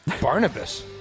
Barnabas